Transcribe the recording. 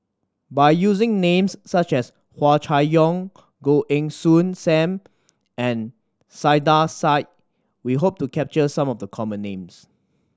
by using names such as Hua Chai Yong Goh Heng Soon Sam and Saiedah Said we hope to capture some of the common names